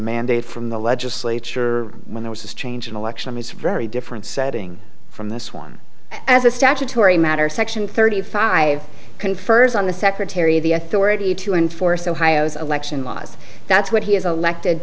mandate from the legislature when there was change an election is a very different setting from this one as a statutory matter section thirty five confers on the secretary the authority to enforce ohio's election laws that's what he is elected